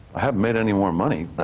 made any more money.